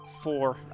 Four